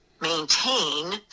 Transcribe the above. maintain